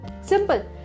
Simple